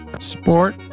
sport